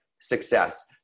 success